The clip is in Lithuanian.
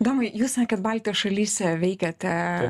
domai jūs sakėt baltijos šalyse veikiate